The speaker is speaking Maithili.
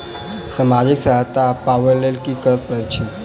सामाजिक सहायता पाबै केँ लेल की करऽ पड़तै छी?